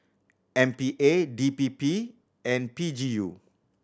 M P A D P P and P G U